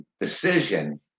decision